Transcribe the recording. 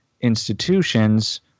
institutions